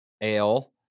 ale